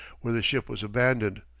where the ship was abandoned,